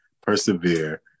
persevere